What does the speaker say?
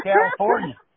California